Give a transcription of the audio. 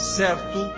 certo